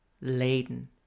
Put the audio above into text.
laden